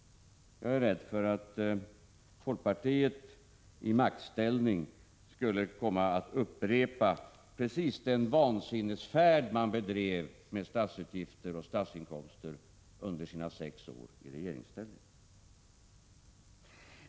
Jag är rädd för att folkpartiet i maktställning skulle komma att upprepa precis den vansinnesfärd man företog med statsutgifter och statsinkomster under sina sex år i regeringsställning.